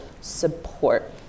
support